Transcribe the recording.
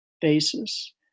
basis